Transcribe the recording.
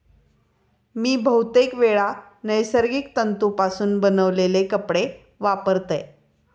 मी बहुतेकवेळा नैसर्गिक तंतुपासून बनवलेले कपडे वापरतय